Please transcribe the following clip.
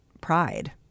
pride